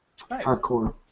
Hardcore